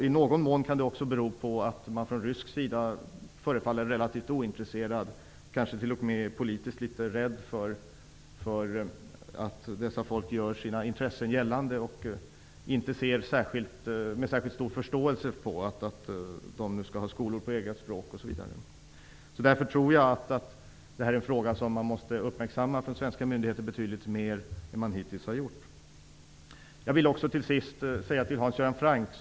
I någon mån kan detta bero på att man från rysk sida förefaller vara relativt ointresserad. Kanske är man rent politiskt litet rädd för att dessa folk skall göra sina intressen gällande. Kanske ser man inte med särskilt stor förståelse på att de nu skall undervisa på sina egna språk osv. Därför tror jag att detta är en fråga som svenska myndigheter måste uppmärksamma betydligt mer än vad man hittills har gjort. Till sist vill jag bemöta Hans Göran Franck.